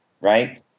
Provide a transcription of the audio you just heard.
right